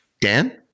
dan